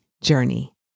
journey